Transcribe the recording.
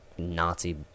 Nazi